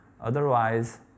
otherwise